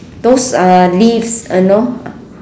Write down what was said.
those uh leaves you know